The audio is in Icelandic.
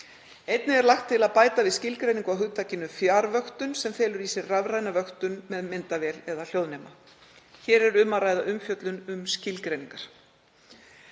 Einnig er lagt til að bæta við skilgreiningu á hugtakinu fjarvöktun sem felur í sér rafræna vöktun með myndavél eða hljóðnema. Hér er um að ræða umfjöllun um skilgreiningar.